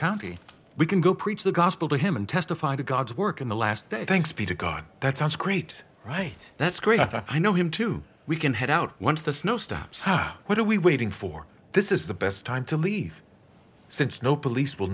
county we can go preach the gospel to him and testify to god's work in the last day thanks be to god that sounds great right that's great i know him too we can head out once the snow stops ha what are we waiting for this is the best time to leave since no police will